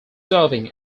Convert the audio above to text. serving